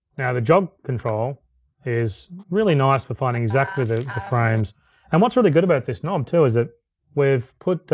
now the jog control is really nice for finding exactly the frames. and what's really good about this knob too is that we've put,